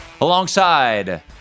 Alongside